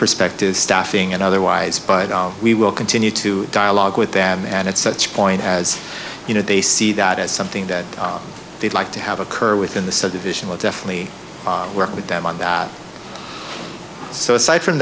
perspective staffing and otherwise but we will continue to dialogue with them and at such a point as you know they see that as something that they'd like to have occur within the subdivision will definitely work with them on that so aside from